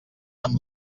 amb